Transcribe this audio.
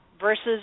versus